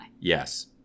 Yes